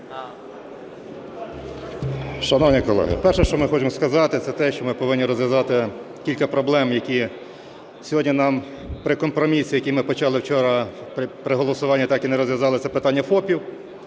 Шановні колеги, перше, що ми хочемо сказати, це те, що ми повинні розв'язати кілька проблем, які сьогодні нам при компромісі, який ми почали вчора при голосуванні, так і не розв'язали, це питання ФОПів.